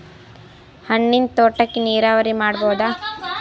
ಹಣ್ಣಿನ್ ತೋಟಕ್ಕ ನೀರಾವರಿ ಮಾಡಬೋದ?